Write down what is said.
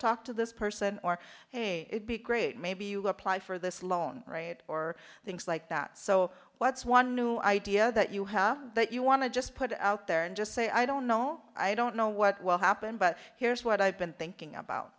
talk to this person or a great maybe you apply for this loan write or things like that so what's one new idea that you have that you want to just put out there and just say i don't know i don't know what will happen but here's what i've been thinking about